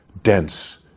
Dense